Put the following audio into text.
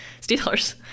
Steelers